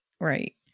right